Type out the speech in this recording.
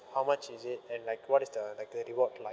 how much is it and like what is the like the reward like